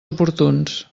oportuns